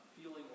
feeling